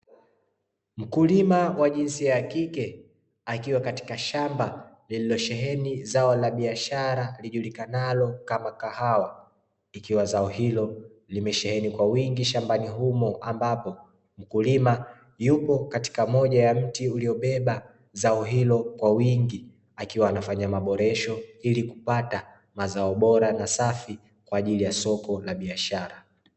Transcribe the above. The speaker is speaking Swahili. Mkulima wa jinsia ya kike akiwa katika shamba lililosheheni zao la biashara lijulikanalo kama kahawa. Ikiwa zao hilo limesheheni kwa wingi shambani humo ambapo mkulima yupo katika moja ya mti uliobeba zao hilo kwa wingi akiwa anafanya maboresho, ili kupata mazao bora na safi kwa ajili ya soko la biashara.